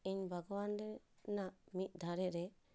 ᱤᱧ ᱵᱟᱜᱽᱣᱟᱱ ᱨᱮᱱᱟᱜ ᱢᱤᱫ ᱫᱷᱟᱨᱮ ᱨᱮ